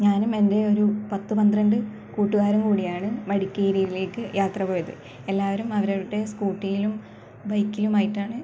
ഞാനും എന്റെ ഒരു പത്ത് പന്ത്രണ്ട് കൂട്ടുകാരും കൂടിയാണ് മടിക്കേരിയിലേക്ക് യാത്ര പോയത് എല്ലാവരും അവരവരുടെ സ്കൂട്ടിയിലും ബൈക്കിലും ആയിട്ടാണ്